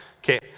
Okay